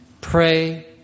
pray